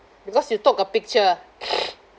because you took a picture